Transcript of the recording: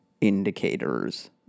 indicators